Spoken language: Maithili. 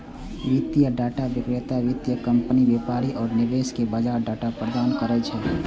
वित्तीय डाटा विक्रेता वित्तीय कंपनी, व्यापारी आ निवेशक कें बाजार डाटा प्रदान करै छै